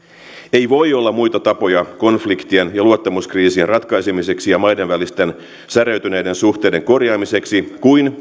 ei voi olla muita tapoja konfliktien ja luottamuskriisien ratkaisemiseksi ja maiden välisten säröytyneiden suhteiden korjaamiseksi kuin